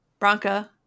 bronca